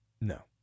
No